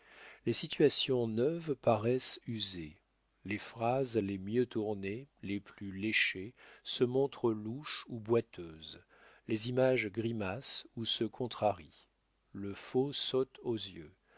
les situations neuves paraissent usées les phrases les mieux tournées les plus léchées se montrent louches ou boiteuses les images grimacent ou se contrarient le faux saute aux yeux